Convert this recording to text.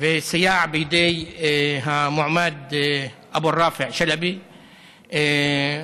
וסייע בידי המועמד אבו ראפע שלבי לזכות